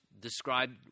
describe